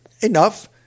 enough